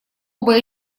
оба